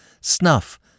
snuff